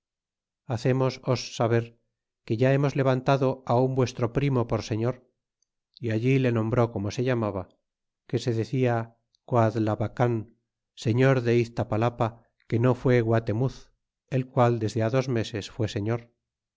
hacemos os saber que ya hemos levantado á un vuestro primo por señor y allí le nombró como se llamaba que se decia coadlabacan señor de iztapalapa que no fue guatemuz el qual desde á dos meses fué señor